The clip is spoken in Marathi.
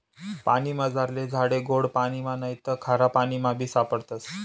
पानीमझारला झाडे गोड पाणिमा नैते खारापाणीमाबी सापडतस